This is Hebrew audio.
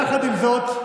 יחד עם זאת,